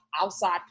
outside